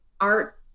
art